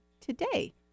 today